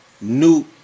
new